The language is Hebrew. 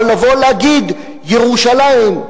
אבל לבוא להגיד ירושלים,